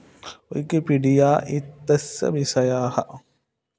Wikipedia इत्यस्य विषयाः